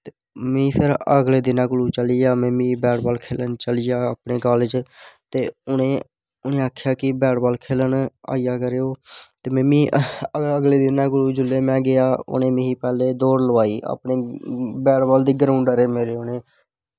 में फिर अगले दिनै कोलूं चली गेआ में बैटबॉल खेलन चली आ अपने कालेज ते उनें आक्खेआ कि बैटबॉल खेलन आई जा करो ते में बी अगले दिन कोलूं जिसलै गेआ उनें पैह्लें मिगी दौड़ लोआई अपनी बैटबॉल दी ग्राऊंड र उनें